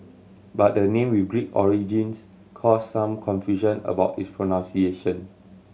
but the name with Greek origins caused some confusion about its pronunciation